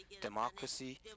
democracy